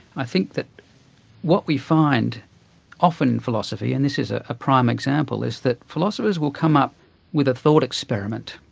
i think that what we find often in philosophy, and this is ah a prime example, is that philosophers will come up with a thought experiment.